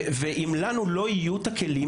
ואם לנו לא יהיו את הכלים,